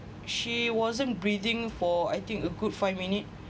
she wasn't breathing for I think a good five minute